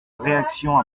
réaction